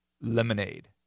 Lemonade